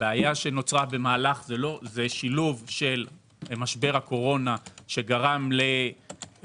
הבעיה שנוצרה במהלך הקורונה היא שילוב של משבר הקורונה ובעיות נוספות.